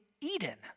Eden